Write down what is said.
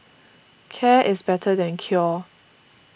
care is better than cure